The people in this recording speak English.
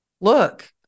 look